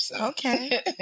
Okay